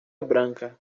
branca